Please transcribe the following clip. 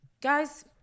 guys